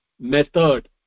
method